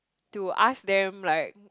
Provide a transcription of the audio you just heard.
to ask them like